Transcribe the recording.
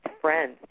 friends